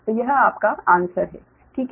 तो यह आपका उत्तर है ठीक है